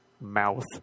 mouth